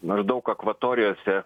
maždaug akvatorijose